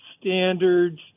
standards